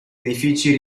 edifici